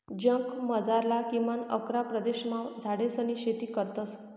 जगमझारला किमान अकरा प्रदेशमा झाडेसनी शेती करतस